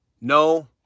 No